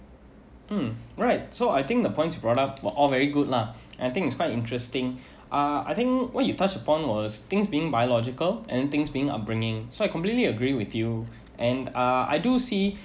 um right so I think the points you brought up were all very good lah I think it's quite interesting uh I think what you touched upon was things being biological and things being upbringing so I completely agree with you and uh I do see